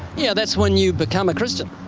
yeah, that's when you become a christian.